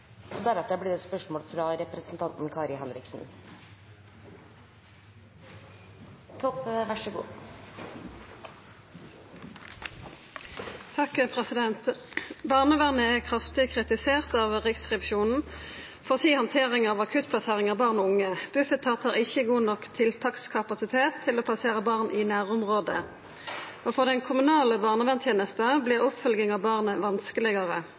så lenge. «Barnevernet er kraftig kritisert av Riksrevisjonen for si handtering av akuttplassering av barn og unge. Bufetat har ikkje god nok tiltakskapasitet til å plassere barn i nærområdet. For den kommunale barnevernstenesta blir oppfølging av barnet vanskelegare.